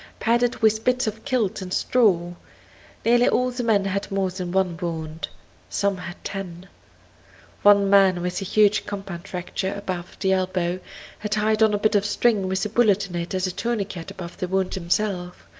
padded with bits of kilts and straw nearly all the men had more than one wound some had ten one man with a huge compound fracture above the elbow had tied on a bit of string with a bullet in it as a tourniquet above the wound himself.